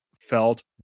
felt